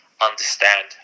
understand